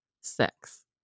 sex